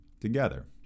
together